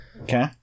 Okay